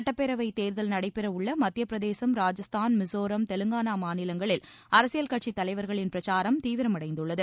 சட்டப்பேரவைத் தேர்தல் நடைபெற உள்ள மத்தியபிரதேசம் ராஜஸ்தான் மிசோராம் தெலுங்கானா மாநிலங்களில் அரசியல் கட்சித் தலைவா்களின் பிரச்சாரம் தீவிரமடைந்துள்ளது